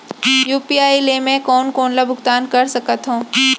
UPI ले मैं कोन कोन ला भुगतान कर सकत हओं?